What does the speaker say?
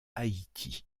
haïti